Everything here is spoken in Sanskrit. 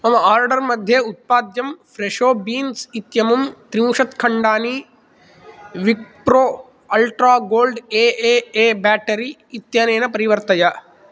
मम आर्डर् मध्ये उत्पाद्यं फ़्रेशो बीन्स् इत्यमुं त्रिंशत्खण्डानि Victorpro ultra gold A A A battery इत्यनेन परिवर्तय